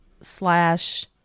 slash